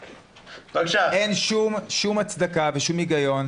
אין שום הצדקה ושום היגיון,